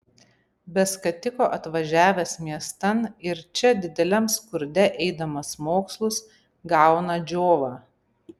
be skatiko atvažiavęs miestan ir čia dideliam skurde eidamas mokslus gauna džiovą